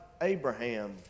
Abraham